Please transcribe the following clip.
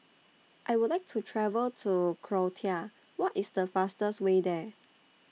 I Would like to travel to Croatia What IS The fastest Way There